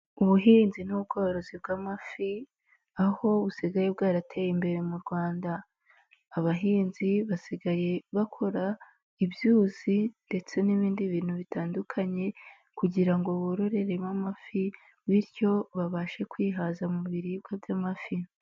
Ubuhinzi n'ubworozi bw'amafi aho busigaye bwarateye imbere mu Rwanda, abahinzi basigaye bakora ibyuzi ndetse n'ibindi bintu bitandukanye kugira ngo bororeremo amafi bityo babashe kwihaza mu biribwa by'amafi.